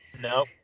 no